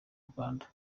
rwanda